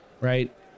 right